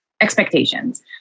expectations